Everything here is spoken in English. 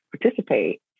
participate